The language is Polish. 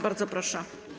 Bardzo proszę.